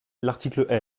l’article